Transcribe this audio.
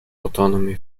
autonomy